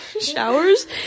Showers